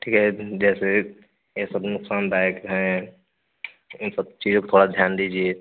ठीक है फिर जैसे ये सब नुकसानदायक हैं इन सब चीजों पर थोड़ा ध्यान दीजिए